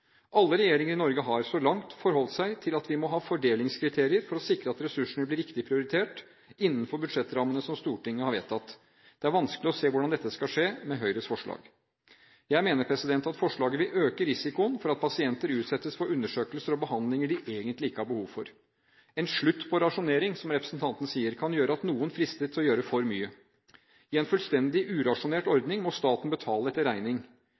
Alle regjeringer i Norge har, så langt, forholdt seg til at vi må ha fordelingskriterier for å sikre at ressursene blir riktig prioritert – innenfor budsjettrammene som Stortinget har vedtatt. Det er vanskelig å se hvordan dette skal skje med Høyres forslag. Jeg mener at forslaget vil øke risikoen for at pasienter utsettes for undersøkelser og behandlinger de egentlig ikke har behov for. En slutt på rasjonering, slik representanten sier, kan gjøre at noen fristes til å gjøre for mye. I en fullstendig urasjonert ordning må staten betale etter regning.